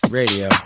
radio